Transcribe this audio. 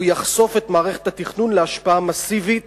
והוא יחשוף את מערכת התכנון להשפעה מסיבית